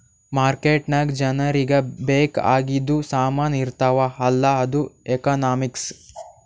market ನಾಗ್ ಜನರಿಗ ಬೇಕ್ ಆಗಿದು ಸಾಮಾನ್ ಇರ್ತಾವ ಅಲ್ಲ ಅದು ಎಕನಾಮಿಕ್ಸ್